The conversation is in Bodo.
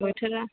बोथोरा